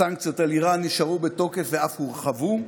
הסנקציות על איראן נשארו בתוקף ואף הורחבו,